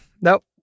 Nope